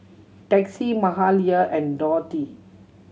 Texie Mahalia and Dorthey